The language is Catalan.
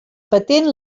patent